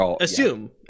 assume